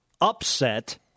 upset